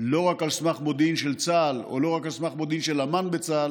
לא רק על סמך מודיעין של צה"ל או לא רק על סמך מודיעין של אמ"ן בצה"ל,